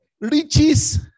riches